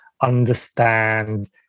understand